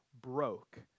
broke